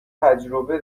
تجربه